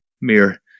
mere